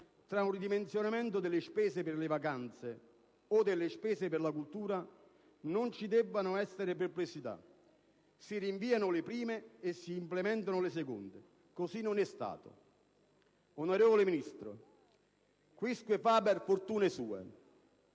tra un ridimensionamento delle spese per le vacanze o delle spese per la cultura non ci debbano essere perplessità: si rinviano le prime e si implementano le seconde. Così non è stato. Onorevole Ministro, *quisque faber fortunae